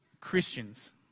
Christians